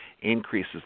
increases